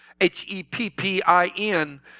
H-E-P-P-I-N